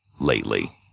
lately?